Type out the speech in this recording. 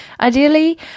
Ideally